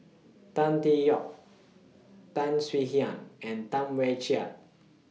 Tan Tee Yoke Tan Swie Hian and Tam Wai Jia